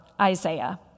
Isaiah